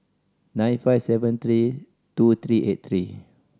nine five seven three two three eight three